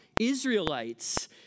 Israelites